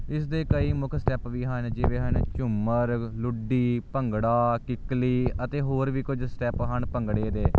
ਇਸ ਦੇ ਕਈ ਮੁੱਖ ਸਟੈਪ ਵੀ ਹਨ ਜਿਵੇਂ ਹਨ ਝੂਮਰ ਲੁੱਡੀ ਭੰਗੜਾ ਕਿਕਲੀ ਅਤੇ ਹੋਰ ਵੀ ਕੁਝ ਸਟੈਪ ਹਨ ਭੰਗੜੇ ਦੇ